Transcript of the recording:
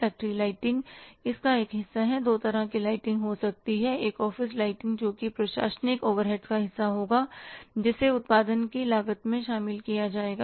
factory lighting इसका एक हिस्सा है दो तरह की लाइटिंग हो सकती है एक ऑफिस लाइटिंग में है जो प्रशासनिक ओवरहेड्स का हिस्सा होगा जिसे उत्पादन की लागत में शामिल किया जाएगा